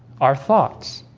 our thoughts